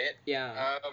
ya